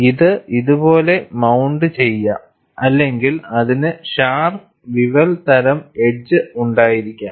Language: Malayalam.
ഇത് ഇതുപോലെ മൌണ്ട് ചെയ്യാം അല്ലെങ്കിൽ അതിന് ഷാർപ്പ് വിവൽ തരം എഡ്ജ് ഉണ്ടായിരിക്കാം